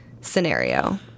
scenario